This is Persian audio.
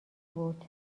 بود